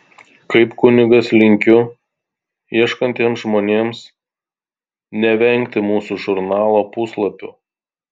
kaip kunigas linkiu ieškantiems žmonėms nevengti mūsų žurnalo puslapių